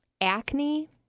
acne